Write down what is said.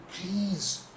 Please